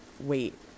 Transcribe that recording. wait